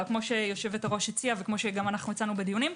כפי שהיושבת-ראש הציעו וכפי שהצענו בדיונים,